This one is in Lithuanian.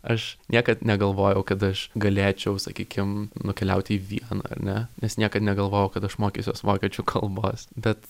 aš niekad negalvojau kad aš galėčiau sakykim nukeliauti į vieną ar ne nes niekad negalvojau kad aš mokysiuos vokiečių kalbos bet